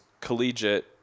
collegiate